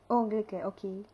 oh உங்களுக்கு:ungaluku okay